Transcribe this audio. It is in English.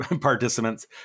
participants